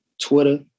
Twitter